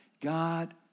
God